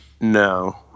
no